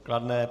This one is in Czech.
Kladné.